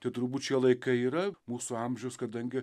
tai turbūt šie laikai yra mūsų amžiaus kadangi